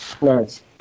Nice